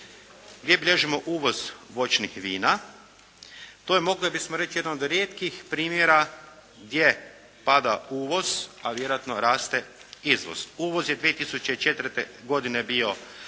gdje bilježimo uvoz voćnih vina. To je mogli bismo reći jedan od rijetkih primjera gdje pada uvoz a vjerojatno raste izvoz. Uvoz je 2004. godine bio 45